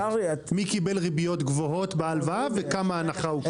מי קיבל ריביות גבוהות בהלוואה וכמה הנחה הוא קיבל.